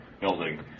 building